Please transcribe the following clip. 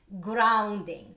grounding